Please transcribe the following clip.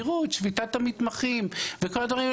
תיראו את שביתת המתמחים וכל הדברים האלה,